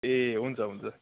ए हुन्छ हुन्छ